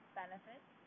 benefits